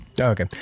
Okay